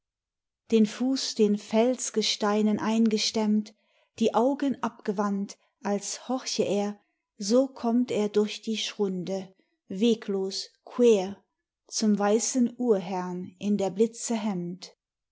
den fuß den felsgesteinen eingestemmt die augen abgewandt als horche er so kommt er durch die schrunde weglos quer zum weißen urherrn in der blitze hemd